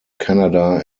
canada